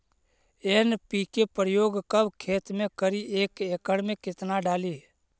NPK प्रयोग कब खेत मे करि एक एकड़ मे कितना डाली?